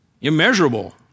immeasurable